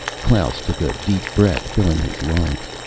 klaus took a deep breath, filling his lungs.